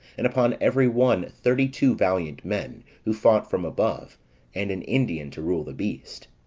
and upon every one thirty-two valiant men, who fought from above and an indian to rule the beast.